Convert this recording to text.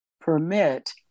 permit